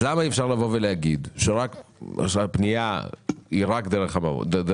למה אי אפשר לבוא ולהגיד שהפנייה היא רק דרך מעוף?